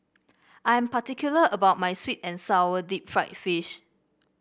I am particular about my sweet and sour Deep Fried Fish